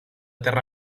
terra